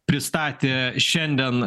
pristatė šiandien